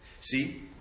See